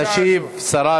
תשיב השרה